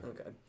Okay